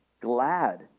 glad